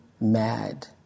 mad